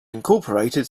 incorporated